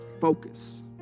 focus